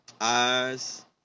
Eyes